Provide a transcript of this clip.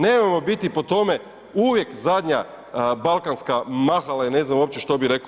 Nemojmo biti po tome uvijek zadnja balkanska mahala i ne znam uopće što bih rekao.